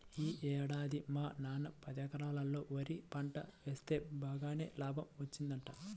యీ ఏడాది మా నాన్న పదెకరాల్లో వరి పంట వేస్తె బాగానే లాభం వచ్చిందంట